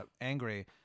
angry